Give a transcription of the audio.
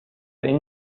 این